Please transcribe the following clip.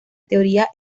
teoría